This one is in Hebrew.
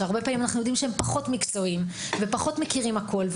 שהרבה פעמים אנחנו יודעים שהם פחות מקצועיים והם פחות מכירים הכול.